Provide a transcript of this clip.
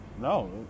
no